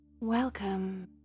Welcome